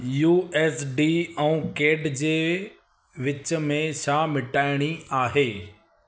U S D ऐं CAD जे विच में छा मटाइणी आहे